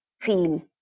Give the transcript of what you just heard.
feel